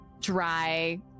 dry